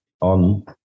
on